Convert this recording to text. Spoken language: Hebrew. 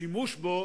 השימוש בו